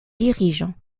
dirige